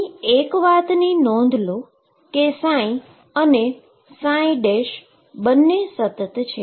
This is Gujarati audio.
અહીં એક વાત ની નોંધ લો કે ψ અને બંને સતત છે